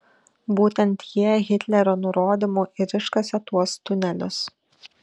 būtent jie hitlerio nurodymu ir iškasė tuos tunelius